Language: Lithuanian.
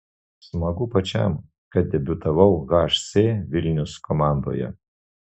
smagu pačiam kad debiutavau hc vilnius komandoje